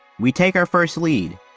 we take our first lead,